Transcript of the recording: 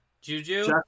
Juju